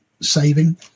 saving